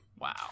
Wow